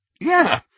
yeah